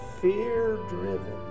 fear-driven